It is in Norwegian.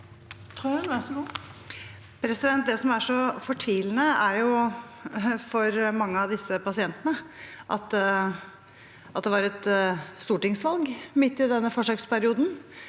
Det som er så fortvilende for mange av disse pasientene, er at det var et stortingsvalg midt i denne forsøksperioden